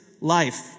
life